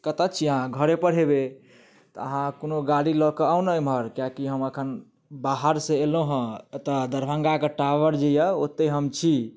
कत्तऽ छी अहाँ घरे पर होयबै तऽ अहाँ कोनो गाड़ी लऽ कऽ आउ ने एम्हर किएकि हम एखन बाहरसँ एलहुँ हँ तऽ दरभङ्गाकऽ टावर जे यऽ ओतऽ हम छी